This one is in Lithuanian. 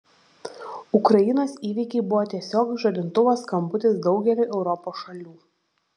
ukrainos įvykiai buvo tiesiog žadintuvo skambutis daugeliui europos šalių